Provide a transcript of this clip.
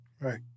Right